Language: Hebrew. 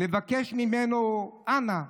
לבקש ממנו: אנא,